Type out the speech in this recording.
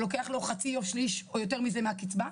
שלוקח לו חצי או שליש, או יותר מזה, מהקצבה.